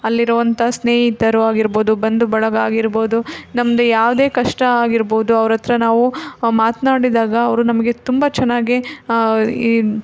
ಅಲ್ಲಿರುವಂಥ ಸ್ನೇಹಿತರು ಆಗಿರ್ಬೋದು ಬಂಧು ಬಳಗ ಆಗಿರ್ಬೋದು ನಮ್ಮದು ಯಾವುದೇ ಕಷ್ಟ ಆಗಿರ್ಬೋದು ಅವ್ರ ಹತ್ರ ನಾವು ಮಾತನಾಡಿದಾಗ ಅವರು ನಮಗೆ ತುಂಬ ಚೆನ್ನಾಗಿ